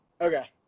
Okay